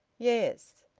yes.